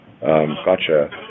gotcha